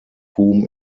whom